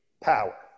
power